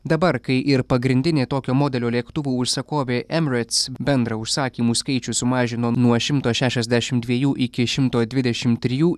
dabar kai ir pagrindinė tokio modelio lėktuvų užsakovė emerats bendrą užsakymų skaičių sumažino nuo šimto šešiasdešimt dviejų iki šimto dvidešimt trijų